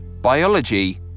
Biology